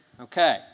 Okay